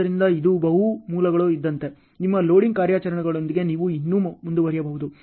ಆದ್ದರಿಂದ ಇದು ಬಹು ಮೂಲಗಳು ಇದ್ದಂತೆ ನಿಮ್ಮ ಲೋಡಿಂಗ್ ಕಾರ್ಯಾಚರಣೆಗಳೊಂದಿಗೆ ನೀವು ಇನ್ನೂ ಮುಂದುವರಿಯಬಹುದು